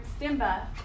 Simba